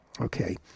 Okay